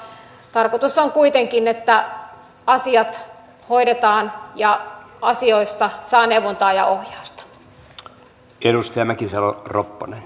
mutta tarkoitus on kuitenkin että asiat hoidetaan ja asioihin saa neuvontaa ja ohjausta